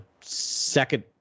second